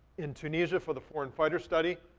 in tunisia, for the foreign fighter study,